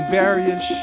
various